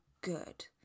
good